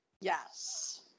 Yes